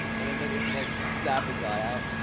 and then don't you have to, like, stab his eye out?